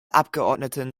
abgeordneten